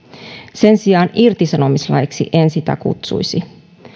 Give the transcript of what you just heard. sen sijaan irtisanomislaiksi en sitä kutsuisi